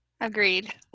Agreed